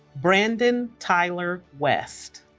brandon tyler west